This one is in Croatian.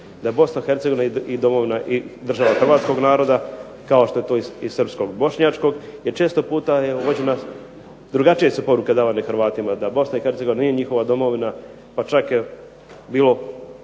Da je BiH i domovina i država hrvatskog naroda kao što je to i srpskog i bošnjačkog jer često puta je vođena, drugačije su poruke davane Hrvatima – da BiH nije njihova domovina pa čak je bilo